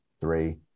Three